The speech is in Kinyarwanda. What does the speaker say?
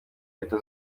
leta